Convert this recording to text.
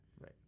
Right